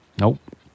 Nope